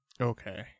Okay